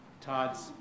Todd's